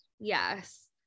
yes